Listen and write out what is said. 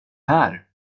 här